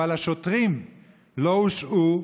אבל השוטרים לא הושעו,